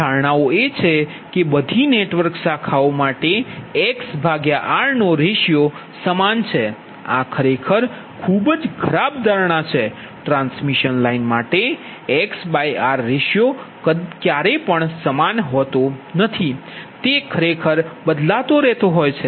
તેથી ધારણાઓ એ છે કે બધી નેટવર્ક શાખાઓ માટે XRસમાન છે આ ખરેખર ખૂબ જ ખરાબ ધારણા છે ટ્રાન્સમિશન લાઇન માટે XRરેશિયો સમાન નથી હોતો તે ખરેખર બદલાય છે